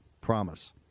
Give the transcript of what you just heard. promise